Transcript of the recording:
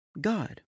God